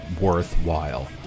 worthwhile